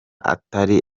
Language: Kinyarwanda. atari